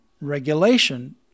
regulation